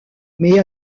mais